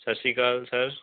ਸਤਿ ਸ਼੍ਰੀ ਅਕਾਲ ਸਰ